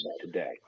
today